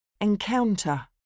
Encounter